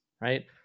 right